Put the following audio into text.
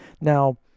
Now